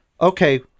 okay